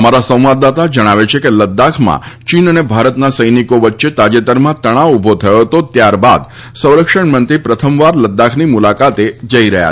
અમારા સંવાદદાતા જણાવે છે કે લદ્દાખમાં ચીન અને ભારતના સૈનિકો વચ્ચે તાજેતરમાં તણાવ ઉભો થયો હતો ત્યારબાદ સંરક્ષણ મંત્રી પ્રથમવાર લદ્દાખની મુલાકાતે જઈ રહ્યા છે